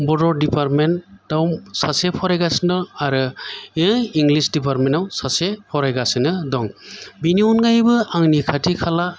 बर' department आव सासे फरायगासिनो आरो इंलिस दिपार्टमेन्ट आव सासे फरायगासिनो दं बेनि अनगायैबो आंनि खाथि खाला